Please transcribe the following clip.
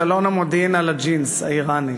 כישלון המודיעין על הג'ינס האיראני.